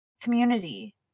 community